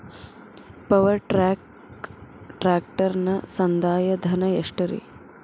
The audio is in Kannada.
ಪವರ್ ಟ್ರ್ಯಾಕ್ ಟ್ರ್ಯಾಕ್ಟರನ ಸಂದಾಯ ಧನ ಎಷ್ಟ್ ರಿ?